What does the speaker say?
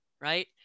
right